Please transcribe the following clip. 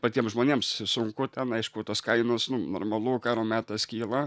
patiems žmonėms sunku ten aišku tos kainos nu normalu karo metas kyla